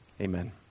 Amen